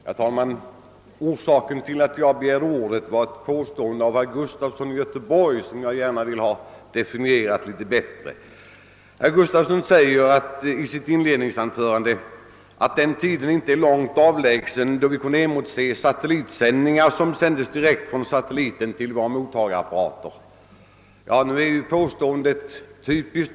Herr talman! Orsaken till att jag begärde ordet var ett påstående av herr Gustafson i Göteborg som jag gärna vill ha litet bättre definierat. Han sade i sitt inledningsanförande att den tid inte är långt avlägsen då vi kan emotse satellitsändningar som går direkt till våra mottagarapparater.